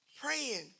praying